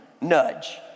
nudge